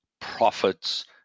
prophets